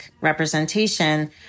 representation